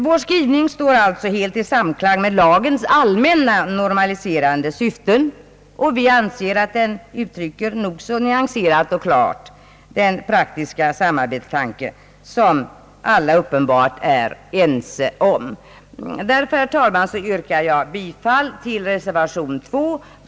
Vår skrivning står alltså helt i samklang med lagens allmänna normaliserande syften, och vi anser, att den nyanserat och klart uttrycker den samarbetstanke som alla uppenbart är ense om. Jag yrkar således, herr talman, bifall till reservation II.